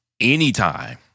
anytime